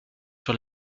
sur